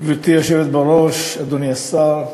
גברתי היושבת בראש, אדוני השר,